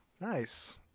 Nice